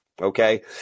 okay